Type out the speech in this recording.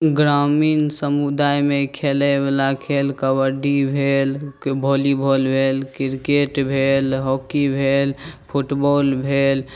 ग्रामीण समुदायमे खेलयबला खेल कबड्डी भेल वॉलीबाल भेल क्रिकेट भेल हॉकी भेल फुटबॉल भेल